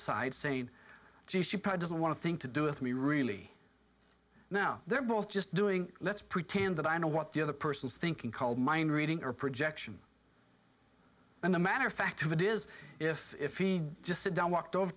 side saying gee she doesn't want to think to do with me really now they're both just doing let's pretend that i know what the other person's thinking called mind reading or projection and the matter of fact if it is if we just sit down walked over